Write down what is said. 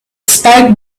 spoke